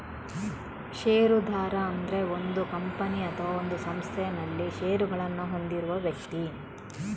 ಷೇರುದಾರ ಅಂದ್ರೆ ಒಂದು ಕಂಪನಿ ಅಥವಾ ಒಂದು ಸಂಸ್ಥೆನಲ್ಲಿ ಷೇರುಗಳನ್ನ ಹೊಂದಿರುವ ವ್ಯಕ್ತಿ